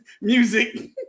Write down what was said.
music